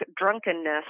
drunkenness